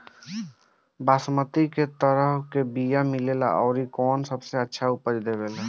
बासमती के कै तरह के बीया मिलेला आउर कौन सबसे अच्छा उपज देवेला?